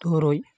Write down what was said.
ᱛᱩᱨᱩᱭ